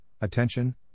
attention